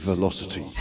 velocity